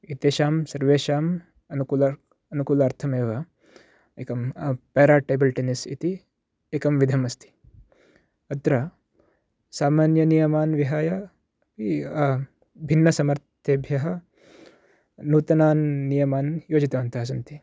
एतेषां सर्वेषाम् अनुकूल अनुकूलार्थमेव एकं पारा टेबल् टेन्निस् इति एकं विधम् अस्ति अत्र सामान्यनियमान् विहाय भिन्नसमर्थेभ्यः नूतनान् नियमान् योजितवन्तः सन्ति